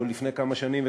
או לפני כמה שנים,